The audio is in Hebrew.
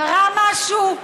קרה משהו?